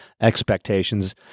expectations